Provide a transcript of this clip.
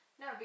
No